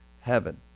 heaven